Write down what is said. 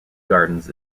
gardens